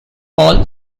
ball